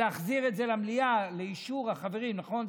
ולהחזיר את זה למליאה, לאישור החברים, נכון?